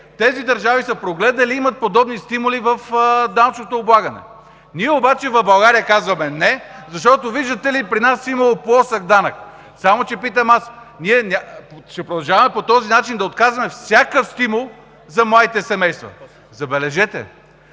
и Чехия са прогледнали и имат подобни стимули в данъчното облагане. Ние обаче в България казваме: не, защото, виждате ли, при нас имало плосък данък. Само че питам аз: ние ще продължаваме ли да отказваме по този начин всякакъв стимул за младите семейства? Забележете,